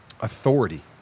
authority